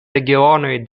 regionoj